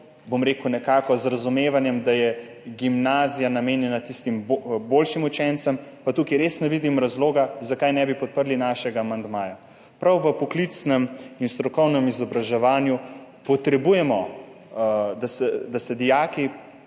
Nekako z razumevanjem, da je gimnazija namenjena tistim boljšim učencem, pa tukaj res ne vidim razloga, zakaj ne bi podprli našega amandmaja. Prav v poklicnem in strokovnem izobraževanju potrebujemo, da se dijaki